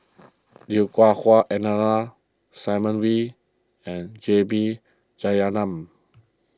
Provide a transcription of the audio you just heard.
Lui Hah Wah Elena Simon Wee and J B Jeyaretnam